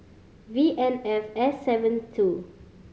V N F S seven two